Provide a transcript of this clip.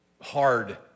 hard